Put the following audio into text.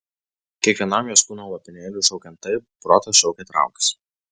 kiekvienam jos kūno lopinėliui šaukiant taip protas šaukė traukis